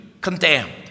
condemned